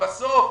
ובסוף,